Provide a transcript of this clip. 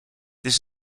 this